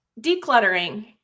decluttering